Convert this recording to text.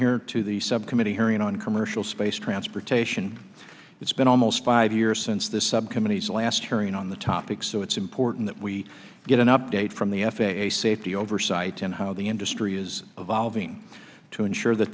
here to the subcommittee hearing on commercial space transportation it's been almost five years since the subcommittees last hearing on the topic so it's important that we get an update from the f a a safety oversight and how the industry is evolving to ensure that